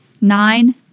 Nine